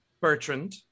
Bertrand